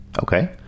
okay